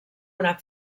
una